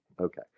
Okay